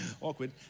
awkward